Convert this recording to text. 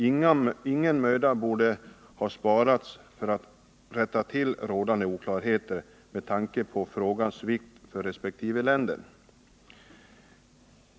Ingen möda borde därför ha sparats för att belysa rådande oklarheter med tanke på frågans vikt för resp. länder.